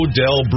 Odell